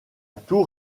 tour